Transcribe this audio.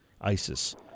ISIS